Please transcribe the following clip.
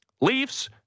Leafs